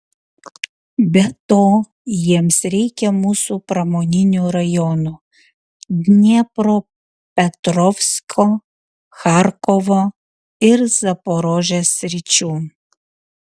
be to jiems reikia mūsų pramoninių rajonų dniepropetrovsko charkovo ir zaporožės sričių